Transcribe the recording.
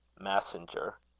massinger.